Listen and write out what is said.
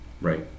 right